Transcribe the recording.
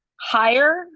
higher